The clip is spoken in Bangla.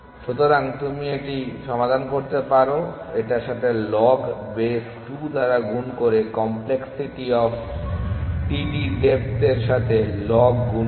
সুতরাং তুমি এটি সমাধান করতে পারো এটার সাথে লগ বেস 2 দ্বারা গুণ করে কমপ্লেক্সিটি অফ td ডেপ্থ এর সাথে log গুণ করে